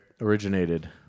originated